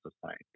society